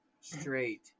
straight